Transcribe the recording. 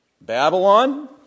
Babylon